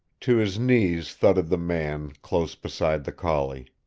to his knees thudded the man, close beside the collie.